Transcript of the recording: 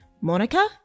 Monica